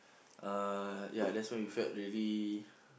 uh ya that's when we felt really